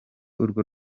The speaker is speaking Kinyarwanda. urwo